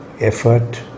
effort